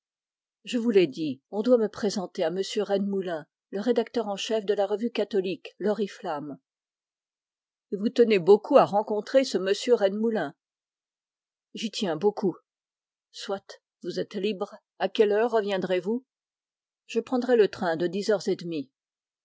je vous l'ai dit on doit me présenter à m rennemoulin le rédacteur en chef de la revue catholique l'oriflamme et vous tenez beaucoup à rencontrer ce m rennemoulin j'y tiens beaucoup soit vous êtes libre à quelle heure reviendrezvous je prendrai le train de dix heures et demie